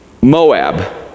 Moab